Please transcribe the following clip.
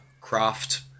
craft